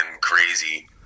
crazy